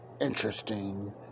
interesting